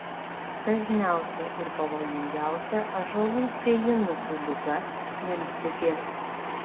dažniausia ir pavojingiausia ąžuolų sėjinukų liga miltligė